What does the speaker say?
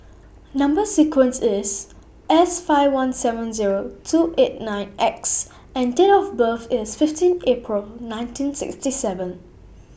Number sequence IS S five one seven Zero two eight nine X and Date of birth IS fifteen April nineteen sixty seven